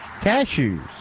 cashews